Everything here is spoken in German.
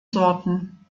sorten